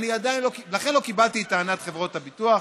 לא קיבלתי את טענת חברות הביטוח,